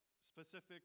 specific